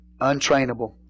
Untrainable